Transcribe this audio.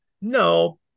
No